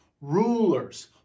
rulers